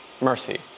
mercy